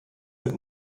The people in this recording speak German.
mit